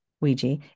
Ouija